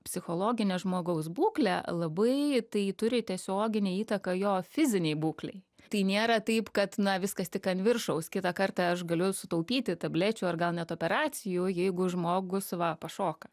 psichologinio žmogaus būklę labai tai turi tiesioginę įtaką jo fizinei būklei tai nėra taip kad viskas tik ant viršaus kitą kartą aš galiu sutaupyti tablečių ar gal net operacijų jeigu žmogus va pašoka